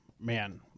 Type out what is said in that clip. Man